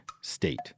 state